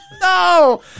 No